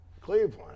cleveland